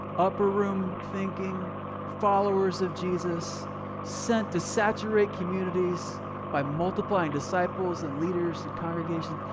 upper room thinking followers of jesus sent to saturate communities by multiplying disciples and leaders and congregations.